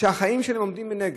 שהחיים שלהם עומדים מנגד.